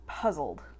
puzzled